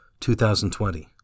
2020